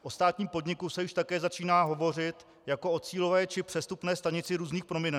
O státním podniku se již také začíná hovořit jako o cílové či přestupní stanici různých prominentů.